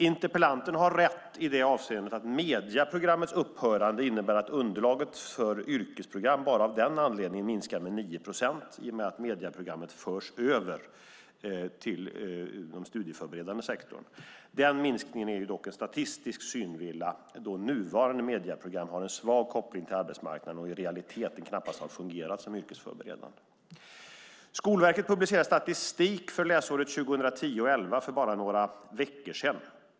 Interpellanten har rätt i det avseendet att medieprogrammets upphörande innebär att underlaget för yrkesprogram bara av den anledningen minskar med 9 procent i och med att medieprogrammet förs över till den studieförberedande sektorn. Den minskningen är dock en statistisk synvilla, eftersom nuvarande medieprogram har en svag koppling till arbetsmarknaden och i realiteten knappast har fungerat som yrkesförberedande. Skolverket publicerade statistik för läsåret 2010/11 för bara några veckor sedan.